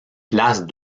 place